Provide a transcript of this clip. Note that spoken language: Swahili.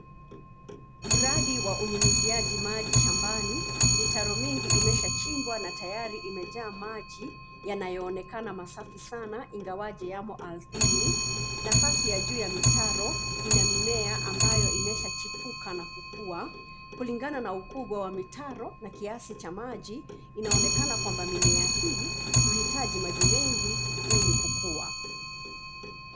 Mradi wa unyunyuziaji maji shambani, mitaro mingi imeshachimbwa na tayari imejaa maji yanayoonekana masafi sana ingawaje yamo ardhini. Nafasi ya juu ya mitaro ina mimea ambayo imeshachipuka na kukuwa. Kulingana na ukubwa wa mitaro na kiasi cha maji, inaonekana kwamba mimea hii huhitaji maji mengi ili kukua.